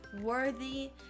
worthy